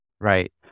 Right